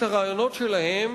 את הרעיונות שלהם,